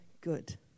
good